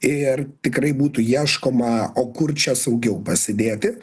ir tikrai būtų ieškoma o kur čia saugiau pasidėti